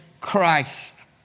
Christ